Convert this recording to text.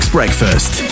Breakfast